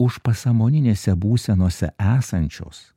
užpasąmoninėse būsenose esančios